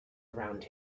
around